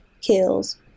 kills